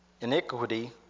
iniquity